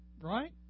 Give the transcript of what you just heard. Right